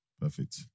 Perfect